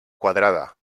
quadrada